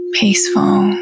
peaceful